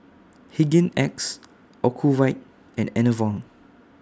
Hygin X Ocuvite and Enervon